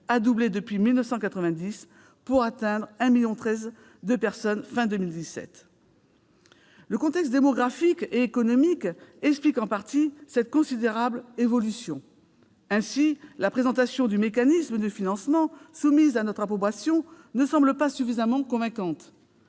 a doublé depuis 1990, pour atteindre 1,13 million de personnes à la fin de l'année 2017. Le contexte démographique et économique explique en partie cette considérable évolution. À cet égard, la présentation du mécanisme de financement soumis à notre approbation ne semble pas suffisamment convaincante.